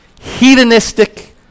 hedonistic